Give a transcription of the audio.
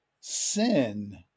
sin